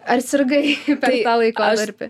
ar sirgai per tą laikotarpį